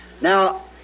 Now